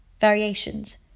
Variations